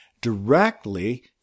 directly